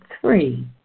three